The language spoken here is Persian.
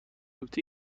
آنتی